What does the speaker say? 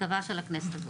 מקווה שלכנסת הזו.